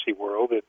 world